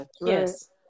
Yes